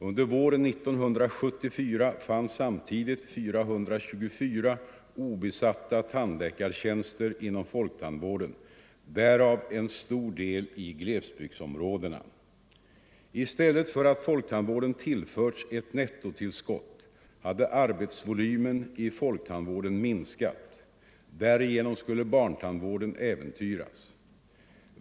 Under våren 1974 fanns samtidigt 424 obesatta tandläkartjänster inom folktandvården, därav en stor del i glesbygdsområdena. I stället för att folktandvården = Nr 126 tillförts ett nettotillskott hade arbetsvolymen i folktandvården minskat. Torsdagen den Därigenom skulle barntandvården äventyras.